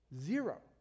Zero